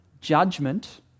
judgment